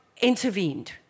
intervened